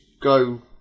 go